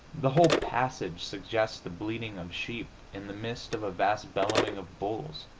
the whole passage suggests the bleating of sheep in the midst of a vast bellowing of bulls.